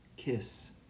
kiss